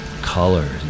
colors